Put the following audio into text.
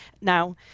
now